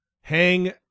hang